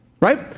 right